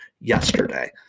yesterday